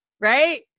right